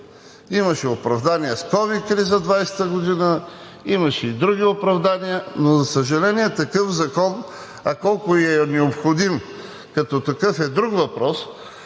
Имаше оправдания с ковид криза 2020 г., имаше и други оправдания, но, за съжаление, такъв закон, а колко и е необходим, като такъв е друг въпрос,